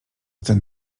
ten